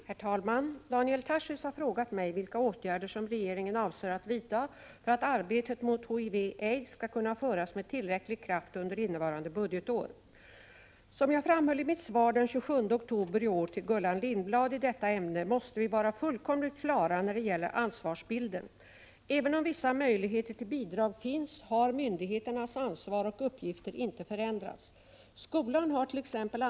Herr talman! Daniel Tarschys har frågat mig vilka åtgärder som regeringen avser att vidta för att arbetet mot HIV/aids skall kunna föras med tillräcklig kraft under innevarande budgetår. Som jag framhöll i mitt svar den 27 oktober i år till Gullan Lindblad i detta ämne måste vi vara fullkomligt klara när det gäller ansvarsbilden. Även om vissa möjligheter till bidrag finns har myndigheternas ansvar och uppgifter inte förändrats. Skolan hart.ex.